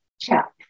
chat